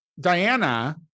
Diana